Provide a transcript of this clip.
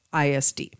ISD